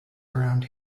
around